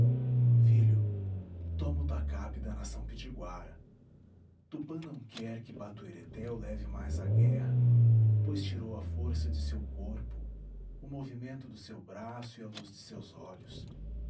filho toma o tacape da nação pitiguara tupã não quer que batuireté o leve mais à guerra pois tirou a força de seu corpo o movimento do seu braço e a luz de seus olhos